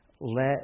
Let